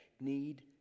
need